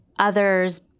others